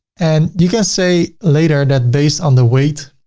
and you guys say later that based on the weight,